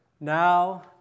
Now